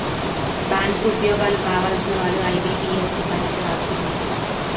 bank ఉద్యోగాలు కావలసిన వాళ్లు ఐబీపీఎస్సీ పరీక్ష రాస్తున్నారు